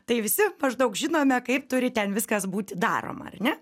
tai visi maždaug žinome kaip turi ten viskas būti daroma ar ne